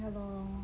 ya lor